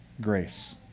grace